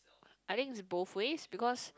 I think is both ways because